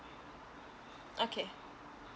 okay